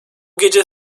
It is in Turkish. gece